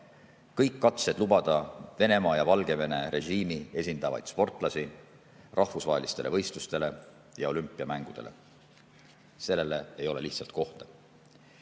kõik katsed lubada Venemaa ja Valgevene režiimi esindavaid sportlasi rahvusvahelistele võistlustele ja olümpiamängudele. Sellele ei ole lihtsalt kohta.